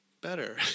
better